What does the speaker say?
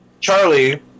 Charlie